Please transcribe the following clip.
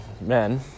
men